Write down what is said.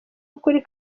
w’ukuri